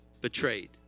betrayed